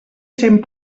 cent